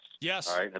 yes